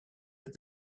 with